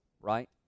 right